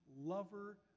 lover